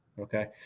Okay